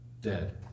dead